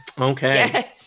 Okay